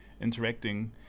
interacting